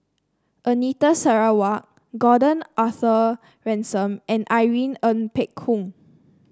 Anita Sarawak Gordon Arthur Ransome and Irene Ng Phek Hoong